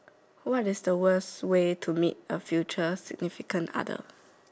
what is the worst way to meet a future significant other